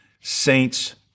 saints